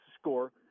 score